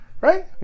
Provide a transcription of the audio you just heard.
Right